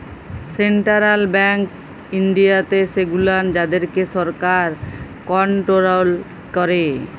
central banks ইনডিয়াতে সেগুলান যাদেরকে সরকার কনটোরোল ক্যারে